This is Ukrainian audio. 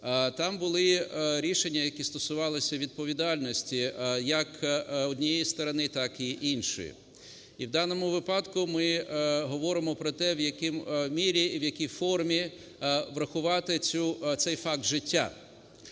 там були рішення, які стосувалися відповідальності як однієї сторони, так і іншої. І в даному випадку ми говоримо про те, в якій мірі, в якій формі врахувати цю... цей факт життя.